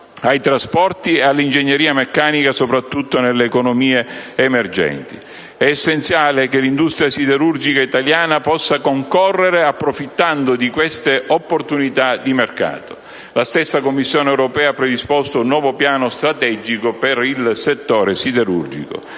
ai trasporti e all'ingegneria meccanica, sopratutto nelle economie emergenti. È essenziale che l'industria siderurgica italiana possa concorrere approfittando di queste opportunità di mercato. La stessa Commissione europea ha predisposto un nuovo piano strategico per il settore siderurgico.